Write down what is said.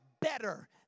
better